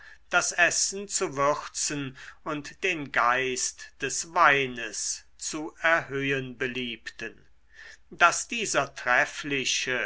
das essen zu würzen und den geist des weines zu erhöhen beliebten daß dieser treffliche